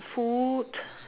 mm food